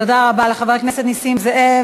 תודה רבה לחבר הכנסת נסים זאב.